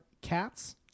Cats